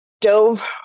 dove